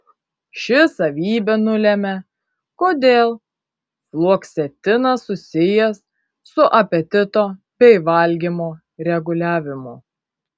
ši savybė nulemia kodėl fluoksetinas susijęs su apetito bei valgymo reguliavimu